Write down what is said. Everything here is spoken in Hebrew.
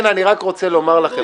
אני רוצה לומר לכם,